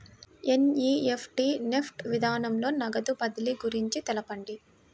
NEFT NEFT విధానంలో నగదు బదిలీ గురించి తెలుపండి?